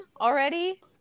already